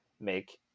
make